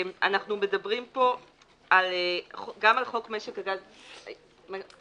אנחנו מדברים פה גם על חוק משק הגז הטבעי.